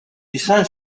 izan